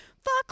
Fuck